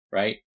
right